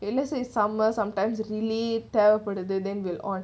என்னசெய்ய: enna cheia summer sometimes really தேவபடுது: theva patudhu then we'll on